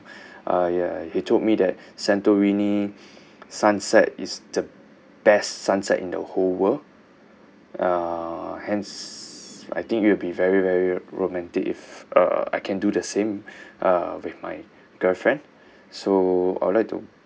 uh ya he told me that santorini sunset is the best sunset in the whole world uh hence I think it will be very very romantic if uh I can do the same uh with my girlfriend so I would like to